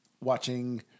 watching